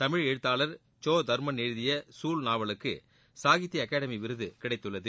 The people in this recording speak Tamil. தமிழ் எழுத்தாளர் சோ தர்மன் எழுதிய சூல் நாவலுக்கு சாகித்ய அகாடமி விருது கிடைத்துள்ளது